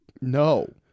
No